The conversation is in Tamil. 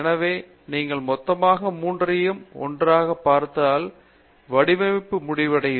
எனவே நீங்கள் மொத்தமாக மூன்றையும் ஒன்றாக பார்த்தால் வடிவமைப்பு முடிவடையும்